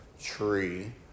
tree